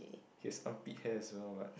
he has armpit hair as well but